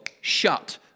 shut